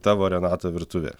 tavo renata virtuvėje